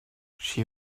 she